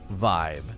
vibe